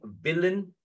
villain